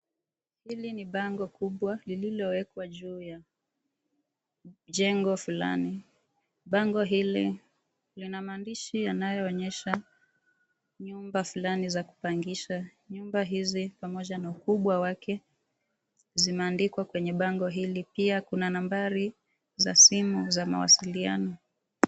Hili ni bango kubwa lililowekwa juu ya jengo fulani. Bango hili lina maandishi yanayoonyesha nyumba fulani za kupangisha. Nyumba hizi pamoja na ukubwa wake zimeandikwa kwenye bango hili. Pia kuna nambazi za simu za mawasiliano.